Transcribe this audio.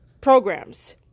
programs